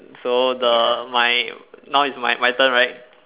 so the my now is my my turn right